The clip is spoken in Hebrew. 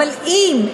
אבל אם,